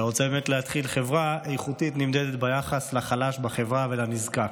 אני רוצה להתחיל: חברה איכותית נמדדת ביחס לחלש בחברה ולנזקק,